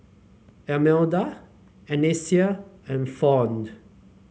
Almeda Anissa and Fount